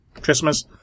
Christmas